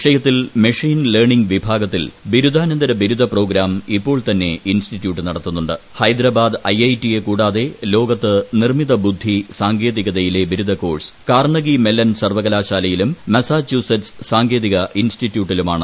വിഷയത്തിൽ machine learning വിഭാഗത്തിൽ ബിരുദാനന്തര ബിരുദ പ്രോഗ്രാം ഇപ്പോൾ തന്നെ ഇൻസ്റ്റിറ്റ്യൂട്ട് ഹൈദരാബാദ് ഐ ഐ ടിയെ കൂടാതെ ലോകത്ത് നിർമ്മിത ബുദ്ധി സാങ്കേതികതയിലെ ബിരുദ കോഴ്സ് കാർണഗി മെല്ലൺ സർവ്വകലാശാലയിലും ഇൻസ്റ്റിറ്റ്യൂട്ടിലുമാണ്